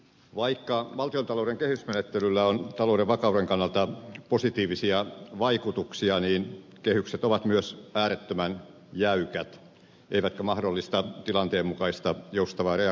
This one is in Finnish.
vaikka valtiontalouden kehysmenettelyllä on talouden vakauden kannalta positiivisia vaikutuksia niin kehykset ovat myös äärettömän jäykät eivätkä mahdollista tilanteen mukaista joustavaa reagointia